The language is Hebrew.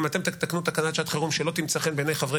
מכובדי היושב-ראש, חבריי חברי